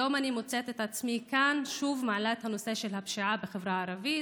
היום אני מוצאת את עצמי כאן מעלה שוב את הנושא של הפשיעה בחברה הערבית,